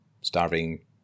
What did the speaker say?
starving